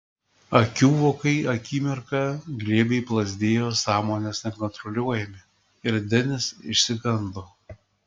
akių vokai akimirką glebiai plazdėjo sąmonės nekontroliuojami ir denis išsigando